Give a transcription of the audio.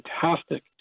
fantastic